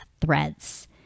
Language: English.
threads